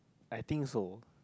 I think so